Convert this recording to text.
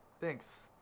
Thanks